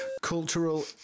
Cultural